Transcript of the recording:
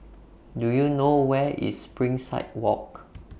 Do YOU know Where IS Springside Walk